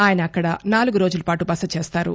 ఆయన అక్కడ నాలుగు రోజుల పాటు బస చేస్తారు